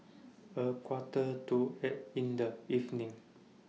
A Quarter to eight in The evening